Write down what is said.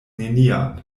nenian